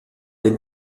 les